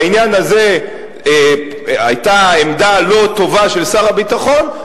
בעניין הזה היתה עמדה לא טובה של שר הביטחון,